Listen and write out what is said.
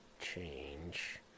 change